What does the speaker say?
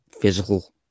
physical